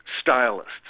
stylists